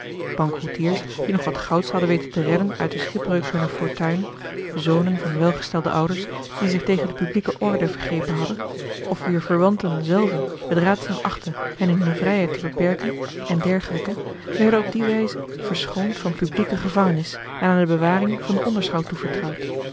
bankroetiers die nog wat gouds hadden weten te redden uit de schipbreuk hunner fortuin zonen van welgestelde ouders die zich tegen de publieke orde vergrepen hadden of wier verwanten zelven het raadzaam achtten hen in hunne vrijheid te beperken en dergelijken werden op die wijze verschoond van publieke gevangenis en aan de bewaring van den onderschout toevertrouwd